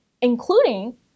including